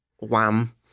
Wham